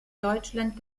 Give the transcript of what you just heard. deutschland